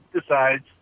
decides